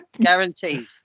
guaranteed